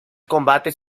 combates